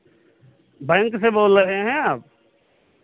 bank से बोल रहे हैं आप